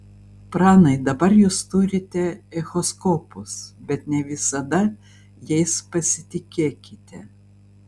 pranai dabar jūs turite echoskopus bet ne visada jais pasitikėkite